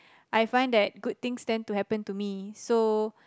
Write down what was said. I find that good things tend to happen to me so